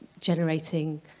generating